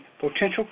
potential